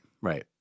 Right